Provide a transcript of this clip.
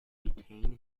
retain